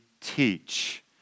teach